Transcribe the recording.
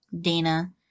Dana